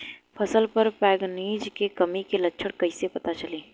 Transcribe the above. फसल पर मैगनीज के कमी के लक्षण कईसे पता चली?